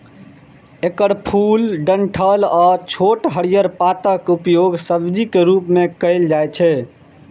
एकर फूल, डंठल आ छोट हरियर पातक उपयोग सब्जीक रूप मे कैल जाइ छै